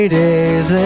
days